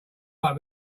right